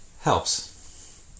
helps